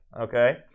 Okay